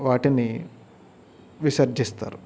వాటిని విసర్జిస్తారు